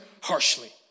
harshly